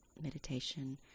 meditation